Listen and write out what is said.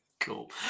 Cool